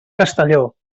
castelló